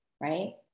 right